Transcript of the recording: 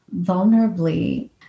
vulnerably